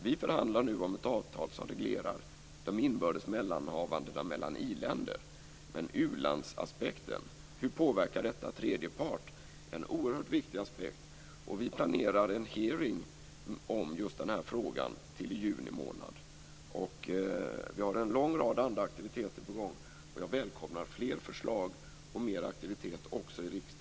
Vi förhandlar nu om ett avtal som reglerar de inbördes mellanhavandena mellan iländer, men hur påverkar detta tredje part? U landsaspekten är oerhört viktig. Vi planerar en hearing om denna fråga i juni månad. Vi har också en lång rad andra aktiviteter på gång. Jag välkomnar fler förslag och mer aktivitet också i riksdagen.